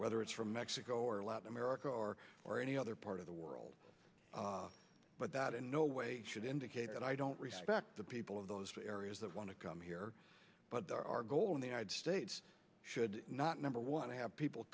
whether it's from mexico or latin america or or any other part of the world but that in no way should indicate that i don't respect the people of those areas that want to come here but our goal in the united states should not number one have people